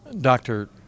Doctor